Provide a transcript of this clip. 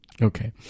okay